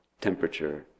temperature